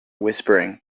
whispering